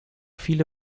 viele